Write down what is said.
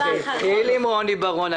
לא, זה התחיל עם רוני בראון.